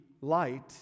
light